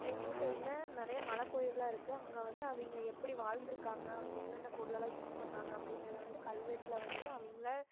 எங்கள் ஊர் சைடுடில் நிறைய மலைக்கோயில்லாம் இருக்கு அங்கே வந்து அவய்ங்க எப்படி வாழ்ந்துருக்காங்க அவய்ங்க என்னென்ன பொருள் எல்லாம் யூஸ் பண்ணாங்க அப்படிங்குறத வந்து கல்வெட்டில் வந்து அவய்ங்களா